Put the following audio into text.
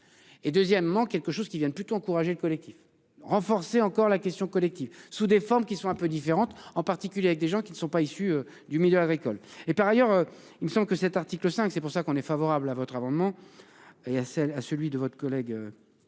Et deuxièmement, quelque chose qui Vienne plutôt encourager le collectif renforcer encore la question collective sous des formes qui sont un peu différentes, en particulier avec des gens qui ne sont pas issus du milieu agricole et par ailleurs il me semble que cet article 5, c'est pour ça qu'on est favorable à votre amendement. Et à celle à celui de votre collègue.